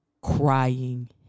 crying